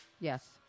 Yes